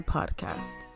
Podcast